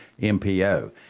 MPO